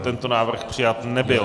Tento návrh přijat nebyl.